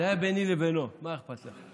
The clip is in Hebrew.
זה היה ביני לבינו, מה אכפת לך?